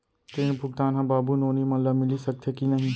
ऋण भुगतान ह बाबू नोनी मन ला मिलिस सकथे की नहीं?